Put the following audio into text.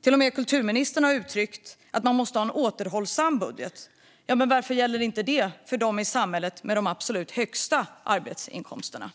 Till och med kulturministern har uttryckt att man måste ha en återhållsam budget. Varför gäller inte det dem i samhället med de absolut högsta arbetsinkomsterna?